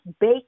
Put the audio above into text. bake